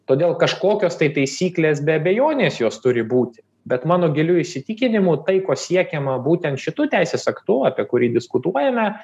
todėl kažkokios tai taisyklės be abejonės jos turi būti bet mano giliu įsitikinimu tai ko siekiama būtent šitu teisės aktu apie kurį diskutuojame